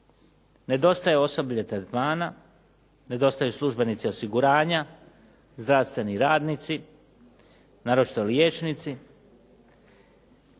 Nedostaje osoblje tretmana, nedostaju službenici osiguranja, zdravstveni radnici, naročito liječnici.